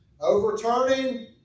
overturning